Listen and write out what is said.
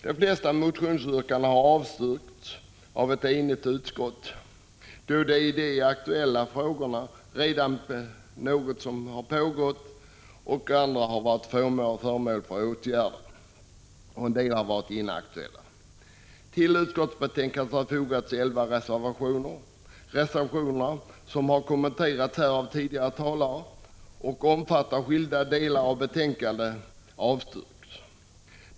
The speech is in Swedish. De flesta motionsyrkandena har avstyrkts av ett enigt utskott, då de i de aktualiserade frågorna redan på något sätt är föremål för åtgärder och då andra har varit inaktuella. Till utskottsbetänkandet har fogats 11 reservationer. Reservationerna, som har kommenterats här av tidigare talare och som omfattar skilda delar av betänkandet, avstyrks.